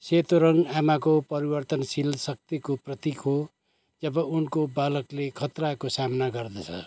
सेतो रङ आमाको परिवर्तनशील शक्तिको प्रतीक हो जब उनको बालकले खतराको सामना गर्दछ